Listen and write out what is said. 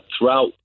throughout